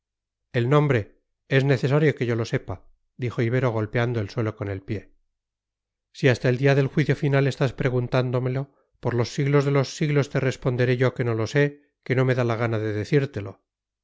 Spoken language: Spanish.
el nombre es necesario que yo lo sepa dijo ibero golpeando el suelo con el pie si hasta el día del juicio final estás preguntándomelo por los siglos de los siglos te responderé yo que no lo sé que no me da la gana de decírtelo